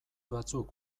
batzuk